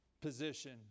position